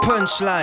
Punchline